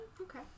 Okay